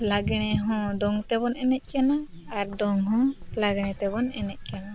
ᱞᱟᱜᱽᱬᱮ ᱦᱚᱸ ᱫᱚᱝ ᱛᱮᱵᱚᱱ ᱮᱱᱮᱡ ᱠᱟᱱᱟ ᱟᱨ ᱫᱚᱝ ᱦᱚᱸ ᱞᱟᱜᱽᱬᱮ ᱛᱮᱵᱚᱱ ᱮᱱᱮᱡ ᱠᱟᱱᱟ